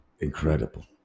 incredible